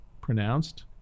pronounced